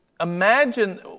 imagine